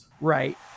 right